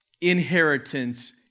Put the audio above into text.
inheritance